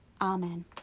amen